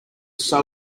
sew